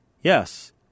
yes